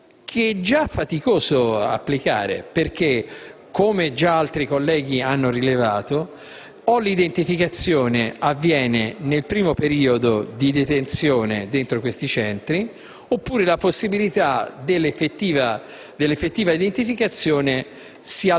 che è faticoso applicare perché, come anche altri senatori hanno rilevato, o l'identificazione avviene nel primo periodo di detenzione dentro questi centri oppure la possibilità dell'effettiva identificazione